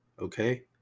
okay